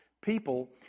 people